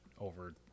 over